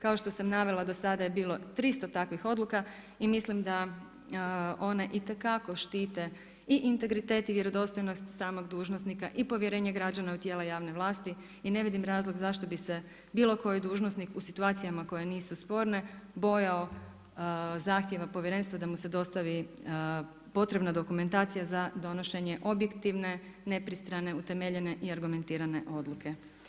Kao što sam navela do sada je bilo 300 takvih odluka i mislim da one itekako štite i integritet i vjerodostojnost samog dužnosnika i povjerenje građana u tijela javne vlasti i ne vidim razlog zašto bi se bilo koji dužnosnik u situacijama koje nisu sporne bojao zahtjeva povjerenstva da mu se dostavi potrebna dokumentacija za donošenje objektivne, nepristrane, utemeljene i argumentirane odluke.